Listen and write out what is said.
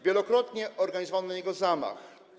Wielokrotnie organizowano na niego zamachy.